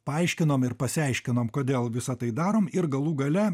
paaiškinom ir pasiaiškinom kodėl visa tai darom ir galų gale